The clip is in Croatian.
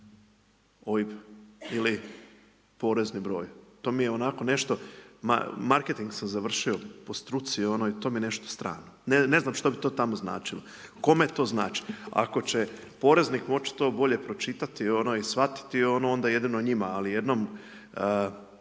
je onako nešto, marketing sam završio po struci i to mi je nešto strano, ne znam što bi to tamo značilo, kome to znači. Ako će poreznik moći to bolje pročitati i shvatiti onda jedino njima ali jednom